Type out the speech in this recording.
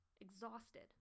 Exhausted